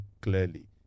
clearly